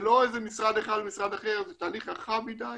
זה לא איזה משרד אחד ומשרד אחר, זה תהליך רחב מדי